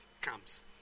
comes